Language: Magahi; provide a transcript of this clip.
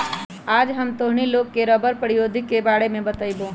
आज हम तोहनी लोग के रबड़ प्रौद्योगिकी के बारे में बतईबो